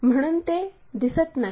म्हणून हे दिसत नाही